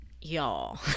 y'all